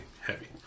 heavy